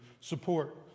support